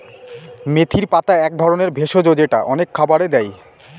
মেথির পাতা এক ধরনের ভেষজ যেটা অনেক খাবারে দেয়